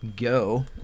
go